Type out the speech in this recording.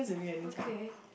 okay